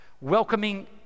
Welcoming